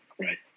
right